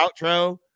outro